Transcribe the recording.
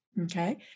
okay